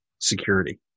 security